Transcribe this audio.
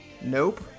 Nope